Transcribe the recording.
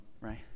right